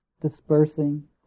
dispersing